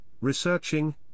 researching